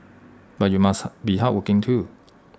but you must be hardworking too